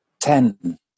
Ten